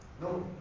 No